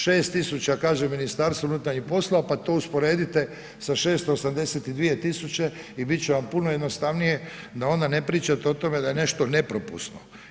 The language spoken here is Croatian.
6000 kaže Ministarstvo unutarnjih poslova pa to usporedite sa 682 tisuće i biti će vam puno jednostavnije da onda ne pričate o tome da je nešto nepropusno.